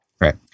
Right